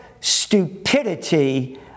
stupidity